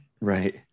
Right